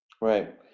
Right